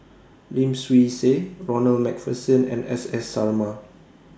Lim Swee Say Ronald MacPherson and S S Sarma